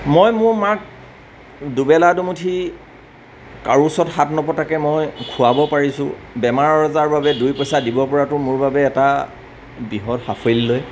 মই মোৰ মাক দুবেলা দুমুঠি কাৰো ওচৰত হাত নপতাকৈ মই খোৱাব পাৰিছোঁ বেমাৰ আজাৰ বাবে দুই এপইচা দিব পৰাটো মোৰ এটা বৃহৎ সাফল্যই